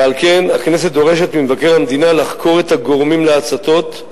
ועל כן הכנסת דורשת ממבקר המדינה לחקור את הגורמים להצתות,